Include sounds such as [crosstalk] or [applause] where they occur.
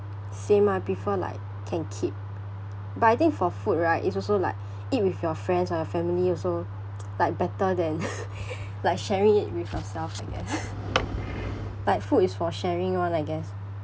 same ah prefer like can keep but I think for food right it's also like eat with your friends or family also [noise] like better than [laughs] like sharing it with yourself I guess [laughs] like food is for sharing one I guess